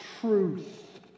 truth